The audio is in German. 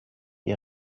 die